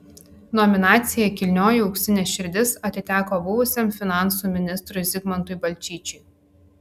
nominacija kilnioji auksinė širdis atiteko buvusiam finansų ministrui zigmantui balčyčiui